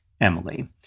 Emily